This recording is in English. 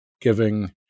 giving